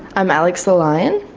i'm alex the lion.